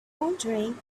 wondering